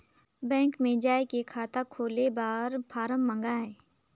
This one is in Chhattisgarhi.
बैंक मे जाय के खाता खोले बर फारम मंगाय?